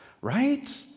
Right